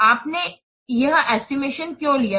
आपने यह एस्टिमेशन क्यों लगाया है